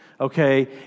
okay